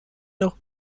noch